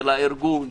של הארגון,